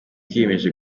twiyemeje